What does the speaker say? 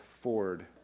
Ford